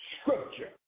scripture